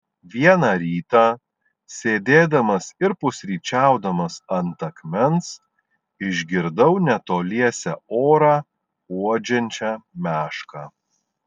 vieną rytą sėdėdamas ir pusryčiaudamas ant akmens išgirdau netoliese orą uodžiančią mešką